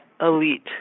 elite